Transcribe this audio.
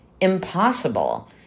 impossible